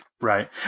right